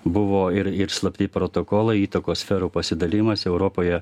buvo ir ir slapti protokolai įtakos sferų pasidalijimas europoje